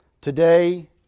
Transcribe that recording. Today